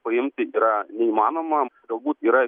paimti yra neįmanoma galbūt yra